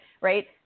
right